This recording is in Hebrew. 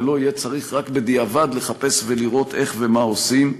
ולא יהיה צריך רק בדיעבד לחפש ולראות מה ואיך עושים.